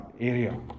area